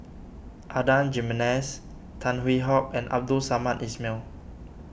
Adan Jimenez Tan Hwee Hock and Abdul Samad Ismail